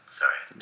sorry